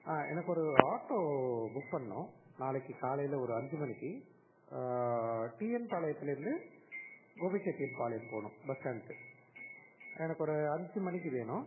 ஆ எனக்கொரு auto book பண்ணணும் நாளைக்கு காலையில் ஒரு அஞ்சு மணிக்கு டிஎன் பாளையத்துலேருந்து கோபிச்செட்டிப்பாளையம் போகணும் பஸ் ஸ்டாண்டுக்கு எனக்கொரு அஞ்சு மணிக்கு வேணும்